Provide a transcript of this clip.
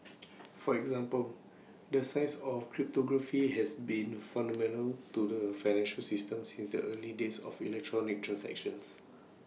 for example the science of cryptography has been fundamental to the financial system since the early days of electronic transactions